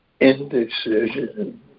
indecision